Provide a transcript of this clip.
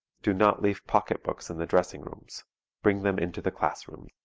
do not leave pocket-books in the dressing rooms bring them into the class room.